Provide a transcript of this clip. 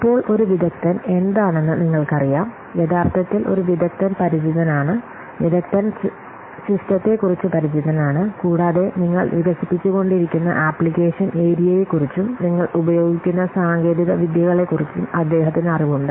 ഇപ്പോൾ ഒരു വിദഗ്ദ്ധൻ എന്താണെന്ന് നിങ്ങൾക്കറിയാം യഥാർത്ഥത്തിൽ ഒരു വിദഗ്ദ്ധൻ പരിചിതനാണ് വിദഗ്ദ്ധൻ സിസ്റ്റത്തെക്കുറിച്ച് പരിചിതനാണ് കൂടാതെ നിങ്ങൾ വികസിപ്പിച്ചുകൊണ്ടിരിക്കുന്ന ആപ്ലിക്കേഷൻ ഏരിയയെക്കുറിച്ചും നിങ്ങൾ ഉപയോഗിക്കുന്ന സാങ്കേതികവിദ്യകളെക്കുറിച്ചും അദ്ദേഹത്തിന് അറിവുണ്ട്